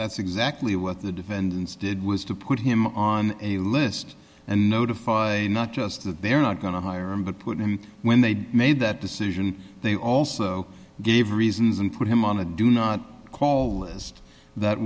that's exactly what the defendants did was to put him on a list and notify not just that they're not going to hire him but put him when they made that decision they also gave reasons and put him on a do not call list that